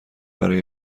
برای